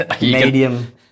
Medium